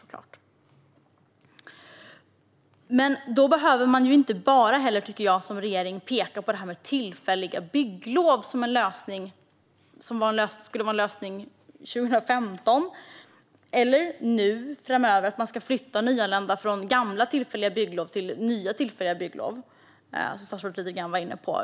Svar på interpellationer Då tycker jag dock att man som regering inte bara behöver peka på detta med tillfälliga bygglov, vilket skulle vara en lösning 2015 eller nu framöver - att flytta nyanlända från gamla tillfälliga bygglov till nya tillfälliga bygglov, som statsrådet lite grann var inne på.